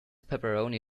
pepperoni